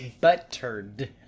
Buttered